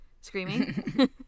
screaming